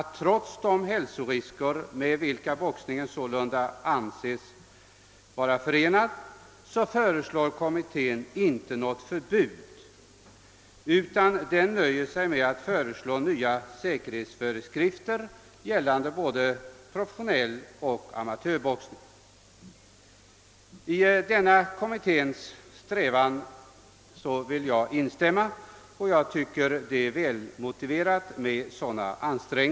Trots de hälsorisker som boxningen sålunda anses medföra förordar kommittén inte något förbud utan nöjer sig med att föreslå nya säkerhetsföreskrifter för både professionell boxning och amatörboxning. Jag tycker att ansträngningar i den riktningen är mo tiverade och instämmer i kommitténs uttalande härom.